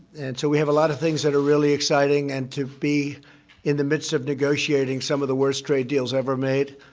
and so we have a lot of things that are really exciting. and to be in the midst of negotiating some of the worst trade deals ever made,